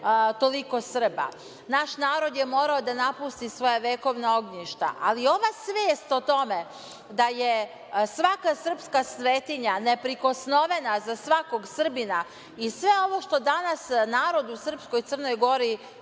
toliko Srba. Naš narod je morao da napusti svoja vekovna ognjišta, ali ova svest o tome da je svaka srpska svetinja neprikosnovena za svakog Srbina i sve ovo što danas narod u srpskoj Crnoj Gori